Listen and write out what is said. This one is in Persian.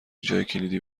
جاکلیدی